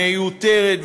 מיותרת,